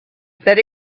that